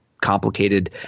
complicated